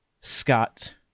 Scott